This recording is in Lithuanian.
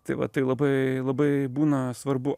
tai va tai labai labai būna svarbu